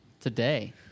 today